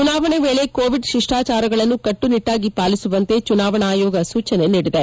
ಚುನಾವಣೆಯ ವೇಳೆ ಕೋವಿಡ್ ಶಿಷ್ಟಾಚಾರಗಳನ್ನು ಕಟ್ಟುನಿಟ್ಟಾಗಿ ಪಾಲಿಸುವಂತೆ ಚುನಾವಣಾ ಆಯೋಗ ಸೂಚನೆ ನೀಡಿದೆ